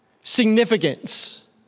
significance